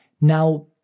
Now